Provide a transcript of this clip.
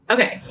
Okay